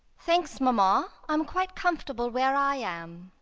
thanks, mamma, i'm quite comfortable where i am.